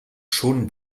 schon